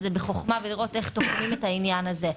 זה בחוכמה ולראות איך תוחמים את העניין הזה.